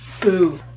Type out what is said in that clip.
Boo